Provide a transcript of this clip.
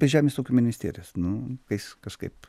be žemės ūkio ministerijos nu baisu kažkaip